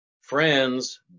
Friends